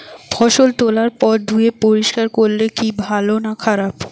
ফসল তোলার পর ধুয়ে পরিষ্কার করলে কি ভালো না খারাপ?